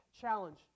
challenge